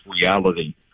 reality